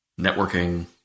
networking